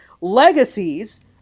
Legacies